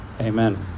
Amen